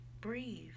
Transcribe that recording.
Breathe